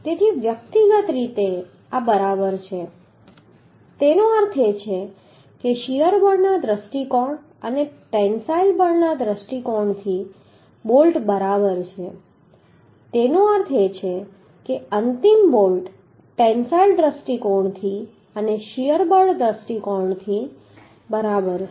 તેથી વ્યક્તિગત રીતે આ બરાબર છે તેનો અર્થ એ છે કે અંતિમ બોલ્ટ ટેન્સાઈલ દૃષ્ટિકોણથી અને શીયર બળ દૃષ્ટિકોણથી બરાબર છે